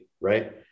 right